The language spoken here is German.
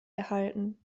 erhalten